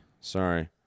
sorry